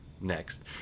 next